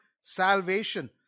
salvation